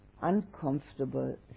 uncomfortable